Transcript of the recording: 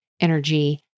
energy